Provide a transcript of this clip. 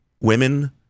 women